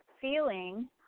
feeling